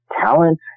talent